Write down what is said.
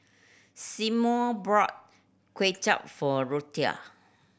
Symone brought Kway Chap for Ruthie